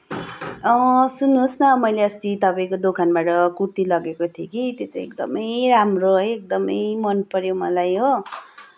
सुन्नुहोस् न मैले अस्ति तपाईँको दोकानबाट कुर्ती लगेकी थिएँ कि त्यो चाहिँ एकदमै राम्रो है एकदमै मनपर्यो मलाई हो